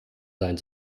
sein